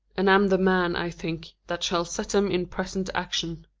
and am the man, i think, that shall set them in present action.